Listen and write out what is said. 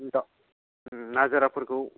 नाजाराफोरखौ